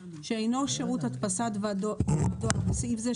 שאינו שירות הדפסת דבר דואר (בסעיף זה,